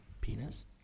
Penis